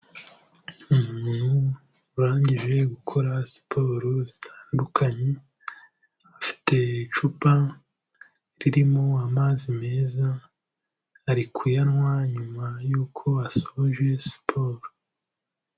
Umuntu urangije gukora siporo zitandukanye afite icupa ririmo amazi meza, ari kuyanywa nyuma yuko asoje siporo.